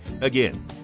Again